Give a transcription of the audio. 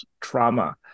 trauma